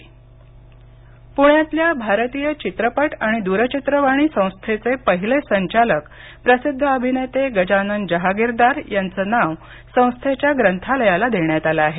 जहागिरदार प्ण्यातल्या भारतीय चित्रपट आणि द्रचित्रवाणी संस्थेचे पहिले संचालक प्रसिद्ध अभिनेते गजानन जहागीरदार यांचं नाव संस्थेच्या ग्रंथालयाला देण्यात आलं आहे